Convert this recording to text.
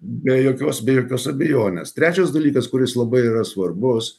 be jokios be jokios abejonės trečias dalykas kuris labai yra svarbus